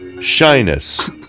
Shyness